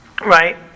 Right